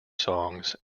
songs